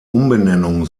umbenennung